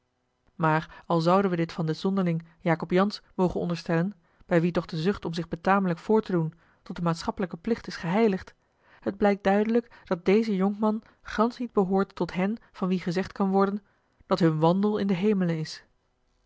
maar al zouden wij dit van den zonderling jacob jansz mogen onderstellen bij wien toch de zucht om zich betamelijk voor te doen tot een maatschappelijken plicht is geheiligd het blijkt duidelijk dat deze jonkman gansch niet behoort tot hen van wie gezegd kan worden dat hun wandel in de hemelen is